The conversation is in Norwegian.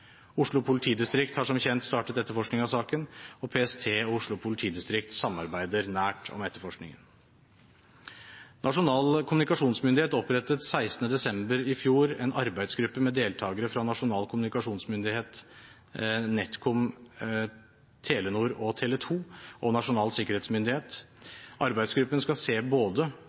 Oslo politidistrikt har som kjent startet etterforskning av saken, og PST og Oslo politidistrikt samarbeider nært om etterforskningen. Nasjonal kommunikasjonsmyndighet opprettet 16. desember i fjor en arbeidsgruppe med deltakere fra Nasjonal kommunikasjonsmyndighet, NetCom, Telenor, Tele2 og Nasjonal sikkerhetsmyndighet.